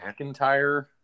McIntyre